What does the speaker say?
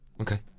Okay